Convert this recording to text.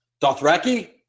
Dothraki